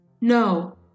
No